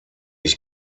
ich